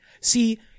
see